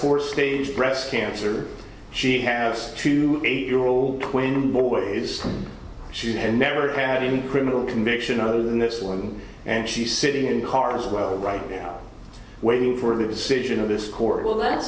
for stage breast cancer she has two eight year old twin boys she had never had any criminal conviction other than this one and she's sitting in cars well right now waiting for the decision of this court will that